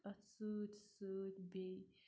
اَتھ سۭتۍ سۭتۍ بیٚیہِ